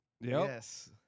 Yes